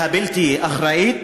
והבלתי-אחראית,